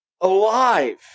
alive